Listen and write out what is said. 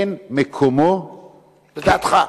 אין מקומו, לדעתך: